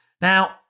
Now